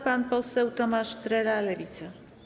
Pan poseł Tomasz Trela, Lewica.